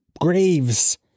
graves